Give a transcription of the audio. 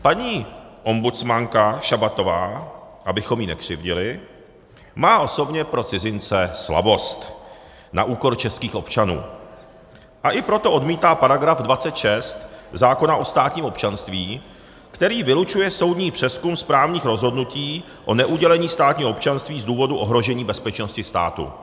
Paní ombudsmanka Šabatová, abychom jí nekřivdili, má osobně pro cizince slabost na úkor českých občanů, a i proto odmítá § 26 zákona o státním občanství, který vylučuje soudní přezkum správních rozhodnutí o neudělení státního občanství z důvodu ohrožení bezpečnosti státu.